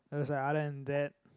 I was like other than that